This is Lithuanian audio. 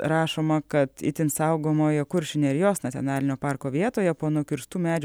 rašoma kad itin saugomoje kuršių nerijos nacionalinio parko vietoje po nukirstų medžių